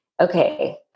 okay